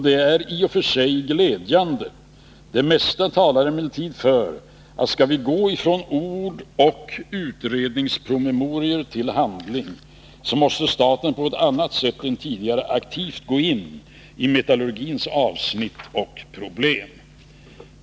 Det är i och för sig glädjande. Det mesta talar emellertid för att om vi skall gå från ord och utredningspromemorior till handling måste staten på ett annat sätt än tidigare aktivt gå in i metallurgins olika problem.